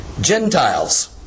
Gentiles